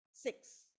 Six